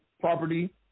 property